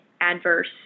adverse